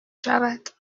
شود